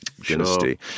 dynasty